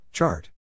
Chart